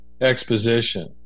exposition